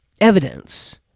evidence